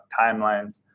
timelines